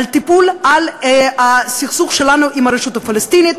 לטיפול בסכסוך שלנו עם הרשות הפלסטינית,